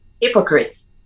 hypocrites